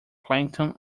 plankton